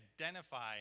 identify